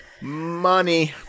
Money